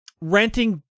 renting